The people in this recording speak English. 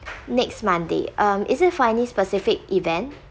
next monday um is it for any specific event